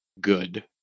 good